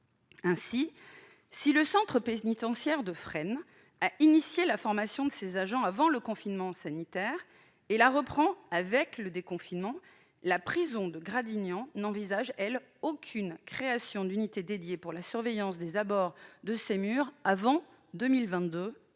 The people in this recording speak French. Ainsi, le centre pénitentiaire de Fresnes a entrepris la formation de ses agents avant le confinement sanitaire et la reprend avec le déconfinement. Mais, quant à elle, la prison de Gradignan n'envisage aucune création d'unité dédiée pour la surveillance des abords de ses murs avant 2022,